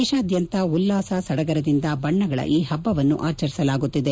ದೇಶಾದ್ಯಂತ ಉಲ್ಲಾಸ ಸಡಗರದಿಂದ ಬಣ್ಣಗಳ ಈ ಪಬ್ಲವನ್ನು ಆಚರಿಸಲಾಗುತ್ತಿದೆ